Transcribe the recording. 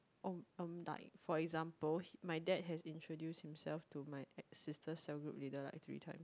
for example my dad has introduced himself to my sister's cell group leader like three times